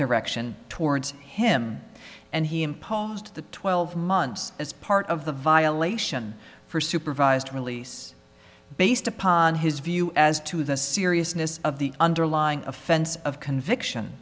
direction towards him and he imposed the twelve months as part of the violation for supervised release based upon his view as to the seriousness of the underlying offense of conviction